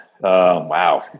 wow